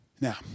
Now